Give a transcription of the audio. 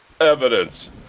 evidence